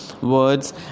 words